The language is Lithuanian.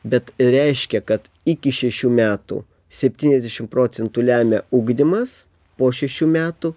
bet reiškia kad iki šešių metų septyniasdešim procentų lemia ugdymas po šešių metų